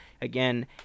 Again